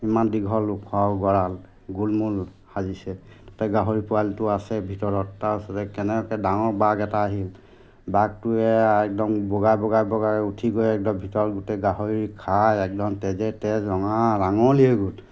ইমান দীঘল ওখ গঁৰাল গোল মূল সাজিছে তাতে গাহৰি পোৱালিটো আছে ভিতৰত তাৰপিছতে কেনেকৈ ডাঙৰ বাঘ এটা আহিল বাঘটোৱে একদম বগাই বগাই বগাই উঠি গৈ একদম ভিতৰত গোটেই গাহৰি খাই একদম তেজে তেজ ৰঙা ৰাঙলী হৈ গ'ল